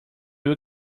will